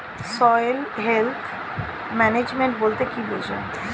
Soil health management বলতে কি বুঝায়?